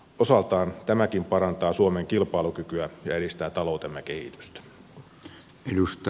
osaltaan tämäkin parantaa suomen kilpailukykyä ja edistää taloutemme kehitystä